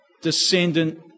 descendant